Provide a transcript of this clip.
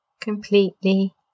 Completely